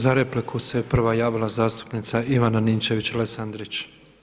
Za repliku se prva javila zastupnica Ivana Ninčević -Lesandrić.